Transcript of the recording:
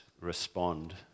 respond